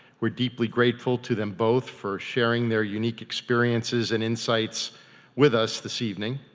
we're deeply grateful to them both for sharing their unique experiences and insights with us this evening.